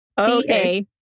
Okay